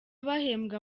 bahembwa